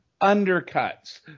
undercuts